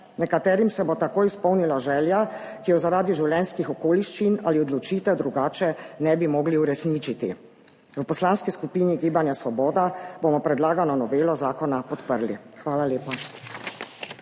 nekaterim se bo tako izpolnila želja, ki jo zaradi življenjskih okoliščin ali odločitev drugače ne bi mogli uresničiti. V Poslanski skupini Svoboda bomo predlagano novelo zakona podprli. Hvala lepa.